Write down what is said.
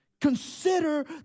Consider